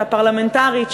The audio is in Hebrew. הפרלמנטרית,